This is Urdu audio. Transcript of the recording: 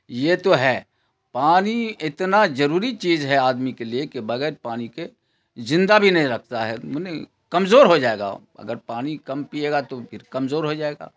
یہ تو ہے پانی اتنا ضروری چیز ہے آدمی کے لیے کہ بغیر پانی کے زندہ بھی نہیں رکھتا ہے معنی کمزور ہو جائے گا اگر پانی کم پیے گا تو پھر کمزور ہو جائے گا